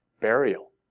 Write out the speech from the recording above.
burial